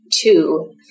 two